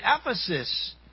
Ephesus